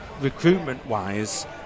recruitment-wise